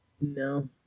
No